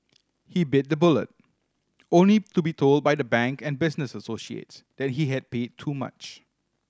he bit the bullet only to be told by the bank and business associates that he had paid too much